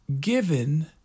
given